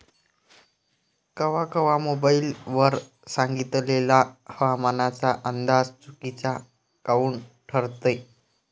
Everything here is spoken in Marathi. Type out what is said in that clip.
कवा कवा मोबाईल वर सांगितलेला हवामानाचा अंदाज चुकीचा काऊन ठरते?